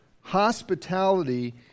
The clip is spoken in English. Hospitality